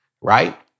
right